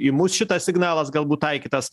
į mus šitas signalas galbūt taikytas